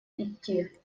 идти